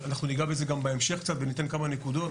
אנחנו ניגע בזה גם בהמשך קצת וניתן כמה נקודות.